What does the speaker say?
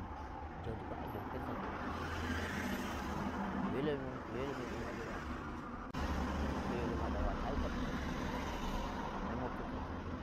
Jaudi kam ai jon heltake, welo welo meden ma watayi. To welo mada watayi kam, no moftirta jaudi din.